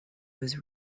was